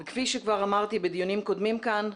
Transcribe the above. כפי שכבר אמרתי בדיונים קודמים כאן,